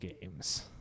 games